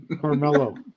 Carmelo